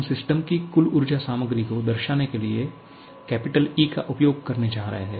हम सिस्टम की कुल ऊर्जा सामग्री को दर्शाने के लिए हम 'E' का उपयोग करने जा रहे हैं